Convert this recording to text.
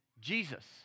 Jesus